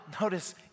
notice